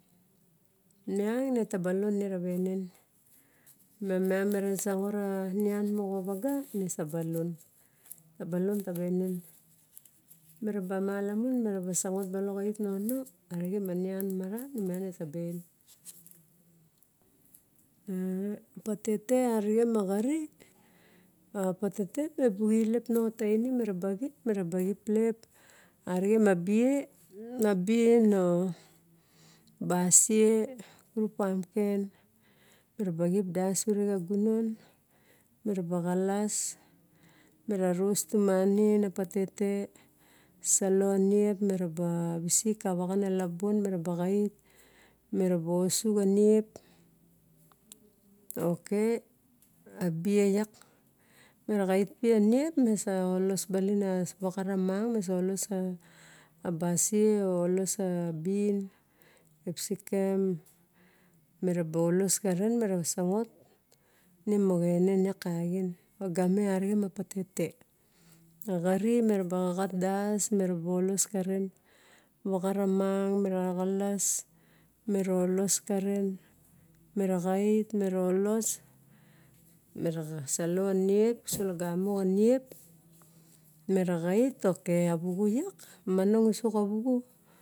Miuno netaba lon ere mamiang mere sangot anian moxa vaga, ne taba lon, tabo lon tavaenen. Mi arab malmun, me neba sangot bilok aitnono, arixen ma niut maxat ne miang ne tabu en petete arixen ma xari, a petete me bu elep nao xa tainim, minabaxip, minabaxip lep arixen ma bie ma bin or basie kurupamken, mirabaxip das ure xa gunor miraba xatas, mira ros tumanim a petete, salo niep, miraba visix kavaxanalabaon, minaba xait minaba xait minaba osu xa niep, ok a bie iak mina xait pi aniap misa olos balin, misa vaxat amang miso los a basie olos a bin, kesikam, miraba dos karen nie rava sangot ne moxenen lak xan ka game arixen ma petete. A xarip me raba xaxat dos me raba olos kanene, vaxat a mang mine xaxalas mindos karen, mine, xait, mino las mina salo nup, solagamo xa xaid, ok awaxu lak, monong mo xa wux u.